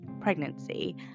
pregnancy